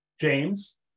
James